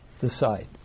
decide